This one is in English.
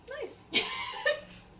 Nice